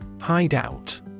Hideout